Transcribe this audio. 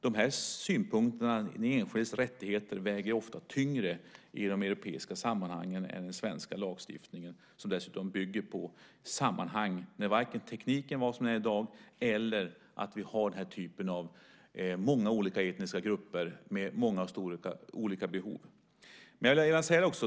Den enskildes rättigheter väger ofta tyngre i de europeiska sammanhangen än i den svenska lagstiftningen, som varken bygger på den teknik som finns i dag eller på de många olika etniska grupperna med många olika behov.